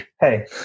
Hey